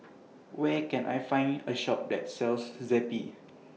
Where Can I Find A Shop that sells Zappy